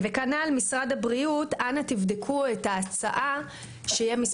כנ"ל לגבי משרד הבריאות אנא תבדקו את ההצעה שיהיה על